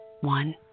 one